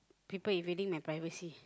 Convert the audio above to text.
people invading my privacy